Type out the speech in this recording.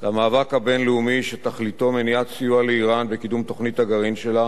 למאבק הבין-לאומי שתכליתו מניעת סיוע לאירן בקידום תוכנית הגרעין שלה